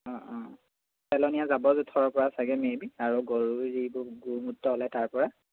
অঁ অঁ পেলনীয়া যাব জোঁথৰৰ পৰা চাগে মে' বি আৰু গৰুৰ যিবোৰ গু মূত্ৰ ওলাই তাৰপৰা